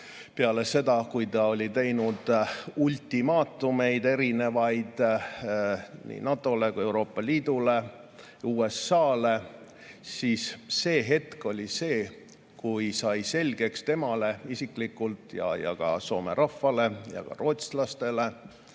peale seda, kui ta oli teinud ultimaatumeid nii NATO‑le kui ka Euroopa Liidule ja USA‑le, oli see hetk, kui sai selgeks temale isiklikult, Soome rahvale ja ka rootslastele,